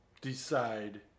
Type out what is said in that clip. decide